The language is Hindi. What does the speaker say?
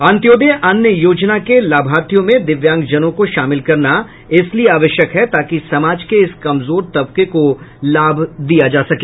अन्त्योदय अन्न योजना के लाभार्थियों में दिव्यांगजनों को शामिल करना इसलिए आवश्यक है ताकि समाज के इस कमजोर तबके को लाभ दिया जा सके